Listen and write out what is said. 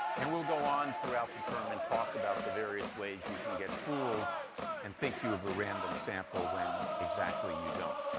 and we'll go on throughout the term, and talk about the various ways you can get fooled and think of a random sample when exactly you don't.